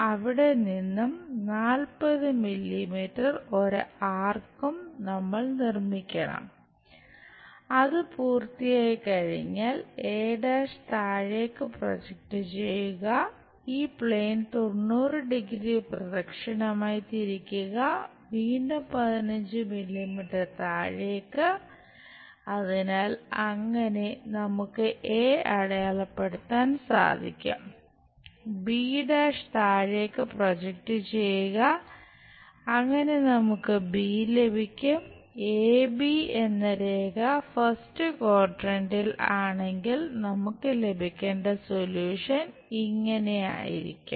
അത് പൂർത്തിയാക്കിക്കഴിഞ്ഞാൽ ഇങ്ങനെ ആയിരിക്കും